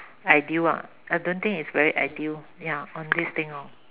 ideal ah I don't think is very ideal ya on this thing lor mm